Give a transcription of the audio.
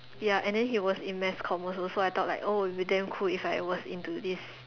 ya and then he was in mass comm also so I thought like oh it'd be damn cool if I was into this